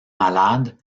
malade